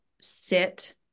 sit